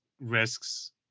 risks